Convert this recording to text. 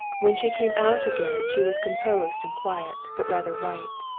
when she came out again she was composed and quiet, but rather white.